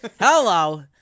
Hello